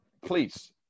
Please